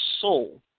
soul